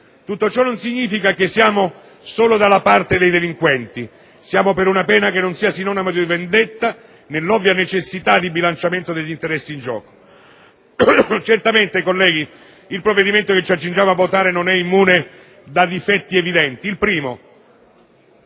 Tutto ciò non significa che siamo solo dalla parte dei delinquenti. Siamo per una pena che non sia solo sinonimo di vendetta, nell'ovvia necessità di bilanciamento degli interessi in gioco. Certamente, colleghi, il provvedimento non è immune da difetti evidenti. Il primo